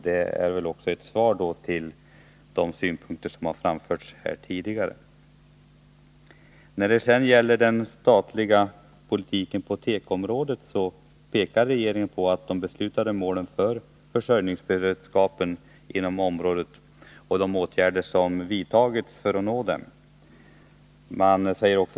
Det är väl då också ett svar på de synpunkter som har framförts här tidigare. När det sedan gäller den statliga politiken på tekoområdet pekar regeringen på de beslutade målen för försörjningsberedskapen och de åtgärder som har vidtagits för att nå dem.